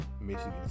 Michigan